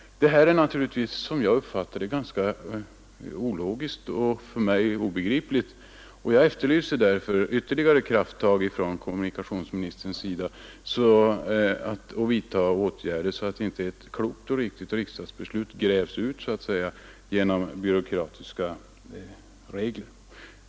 Detta är, som jag uppfattar det, ologiskt och obegripligt. Jag efterlyser därför ytterligare krafttag av kommu nikationsministern för att förhindra att ett klokt och riktigt riksdagsbeslut förlorar i värde genom byråkratiska regler.